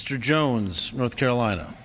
mr jones north carolina